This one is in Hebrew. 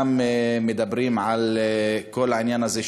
מדברים על כל העניין הזה,